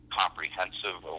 comprehensive